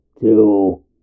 Two